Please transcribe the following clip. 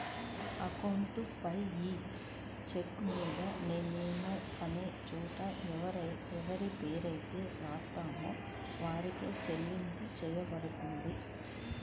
account payee చెక్కుమీద name అనే చోట ఎవరిపేరైతే రాత్తామో వారికే చెల్లింపు చెయ్యబడుతుంది